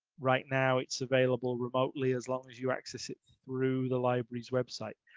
right now, it's available remotely as long as you access it through the library's website.